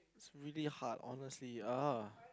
it's really hard honestly oh